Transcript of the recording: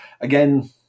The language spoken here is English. Again